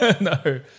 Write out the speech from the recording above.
no